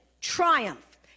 triumph